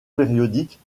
périodiques